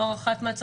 כמו הארכת מעצר,